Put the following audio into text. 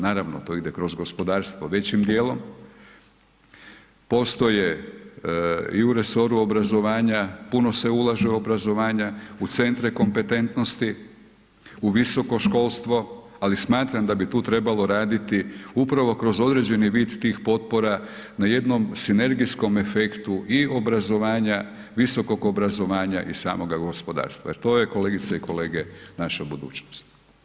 Naravno, to ide kroz gospodarstvo većim djelom, postoje i u resoru obrazovanja, puno se ulaže u obrazovanje, u centre kompetentnosti, u visoko školstvo ali smatram da bi tu trebalo raditi upravo kroz određeni vid tih potpora na jednom sinergijskom efektu i obrazovanja, visokog obrazovanja i samoga gospodarstva jer to je kolegice i kolege, naša budućnost.